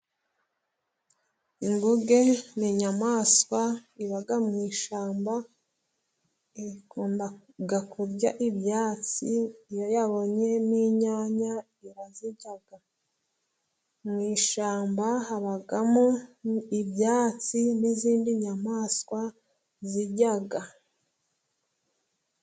Inguge ni inyamaswa iba mu ishyamba, ikunda kurya ibyatsi, iyo yabonye n'inyanya irazirya. Mu ishyamba habamo ibyatsi n'izindi nyamaswa zirya.